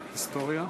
אוקיי.